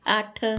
ਅੱਠ